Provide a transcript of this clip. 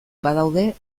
badaude